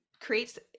creates